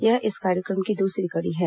यह इस कार्यक्रम की दूसरी कड़ी है